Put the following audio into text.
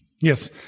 Yes